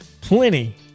plenty